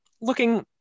looking